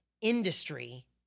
industry